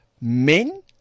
men